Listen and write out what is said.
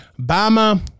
Bama